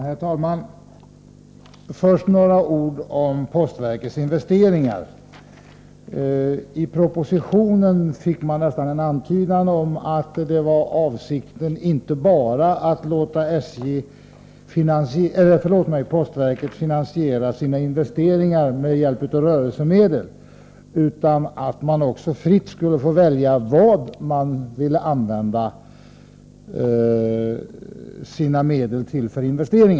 Herr talman! Jag vill först säga några ord om postverkets investeringar. I propositionen fanns nästan en antydan om att avsikten inte bara var att låta postverket finansiera sina investeringar med hjälp av rörelsemedel utan att man också fritt skulle få välja vilka investeringar man ville använda sina medel till.